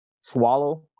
swallow